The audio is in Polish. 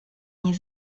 nie